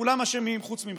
כולם אשמים חוץ מכם,